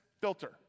filter